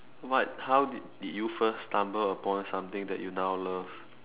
what how did you first stumble upon something that you now love